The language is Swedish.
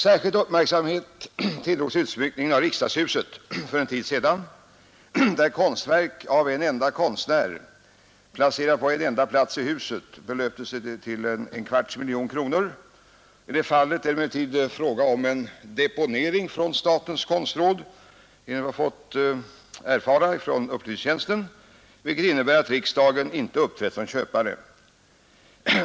Särskild uppmärksamhet tilldrog sig för någon vecka sedan utsmyckningen av riksdagshuset när konstverk av en enda konstnär, till en kostnad av en kvarts miljon kronor, placerades på ett enda ställe i huset: I detta fall är det emellertid, enligt uppgift som jag fått från upplysningstjänsten, fråga om en deponering från statens konstråd, vilket innebär att riksdagen inte uppträtt som köpare.